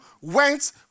went